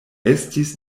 estis